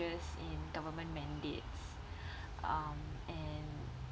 changes in government mandates um and